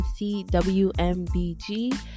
cwmbg